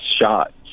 shot